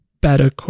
better